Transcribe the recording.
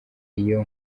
iyo